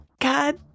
God